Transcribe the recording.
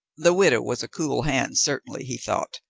the widow was a cool hand, certainly, he thought,